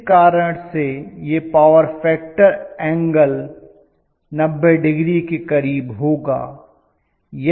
इस कारण से यह पावर फैक्टर एंगल 90 डिग्री के करीब होगा